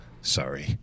sorry